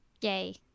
Yay